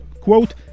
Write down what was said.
Quote